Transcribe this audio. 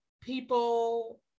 people